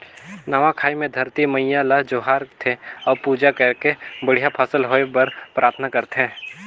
नवा खाई मे धरती मईयां ल जोहार थे अउ पूजा करके बड़िहा फसल होए बर पराथना करथे